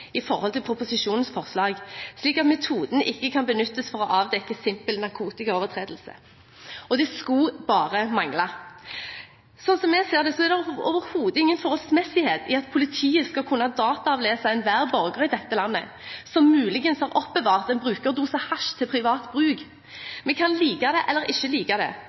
i forhold til proposisjonens forslag, slik at metoden ikke kan benyttes for å avdekke simpel narkotikaovertredelse Og det skulle bare mangle. Sånn vi ser det, er det overhodet ingen forholdsmessighet i at politiet skal kunne dataavlese enhver borger i dette landet som muligens har oppbevart en brukerdose hasj til privat bruk. Vi kan like det eller ikke like det,